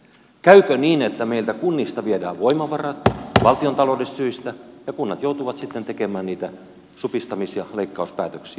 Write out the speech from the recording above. käykö niin että meiltä kunnista viedään voimavarat valtiontaloudellisista syistä ja kunnat joutuvat sitten tekemään niitä supistamis ja leikkauspäätöksiä